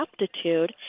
aptitude